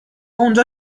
اونجا